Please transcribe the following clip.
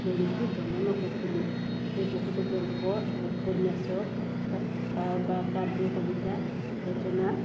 ମେଳିକୁ ଦମନ କରିଥିଲେ ସେ ବହୁତ ଗଳ୍ପ ଓ ଉପନ୍ୟାସ ବା କାବ୍ୟ କବିତା ରଚନା